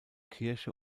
kirche